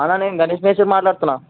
అన్న నేను గణేష్ మేస్త్రి మాట్లాడుతున్నాను